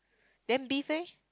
then beef eh